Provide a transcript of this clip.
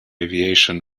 aviation